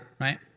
right